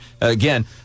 again